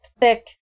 thick